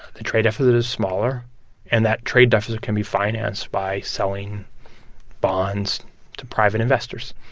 the trade deficit is smaller and that trade deficit can be financed by selling bonds to private investors.